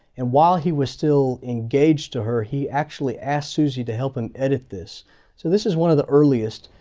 and while he was still engaged to her, he actually asked susie to help him edit this. so this is one of the earliest.